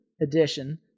edition